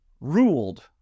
ruled